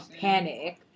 panic